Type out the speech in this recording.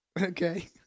Okay